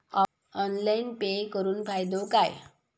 Online pay करुन फायदो काय?